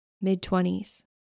mid-twenties